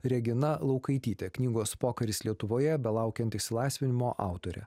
regina laukaitytė knygos pokaris lietuvoje belaukiant išsilaisvinimo autorė